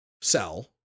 sell